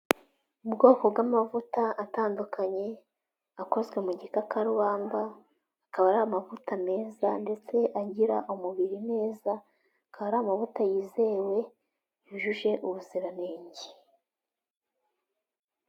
Ubwoko bw'amavuta atandukanye akozwe mu gikakarubamba, akaba ari amavuta meza ndetse agira umubiri neza akaba ari amavuta yizewe yujuje ubuziranenge.